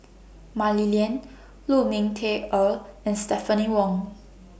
Mah Li Lian Lu Ming Teh Earl and Stephanie Wong